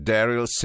Daryl